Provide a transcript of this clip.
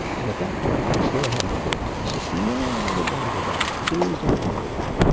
and at that point, and i sort of had a fit. i said no, i didn't want to go back, please don't make me go back.